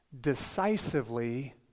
decisively